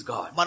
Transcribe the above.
God